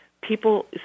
people